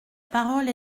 parole